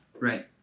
Right